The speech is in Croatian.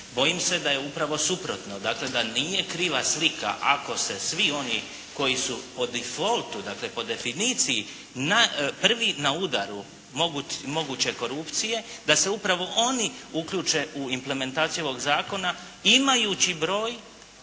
Bojim se da je upravo suprotno dakle, da nije kriva slika ako se svi oni koji su po defaultu, dakle, po definiciji prvi na udaru moguće korupcije, da se upravo oni uključe u implementaciju ovog zakona, imajući broj,